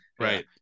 Right